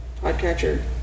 podcatcher